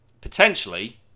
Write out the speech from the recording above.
potentially